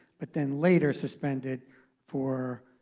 but then later suspended for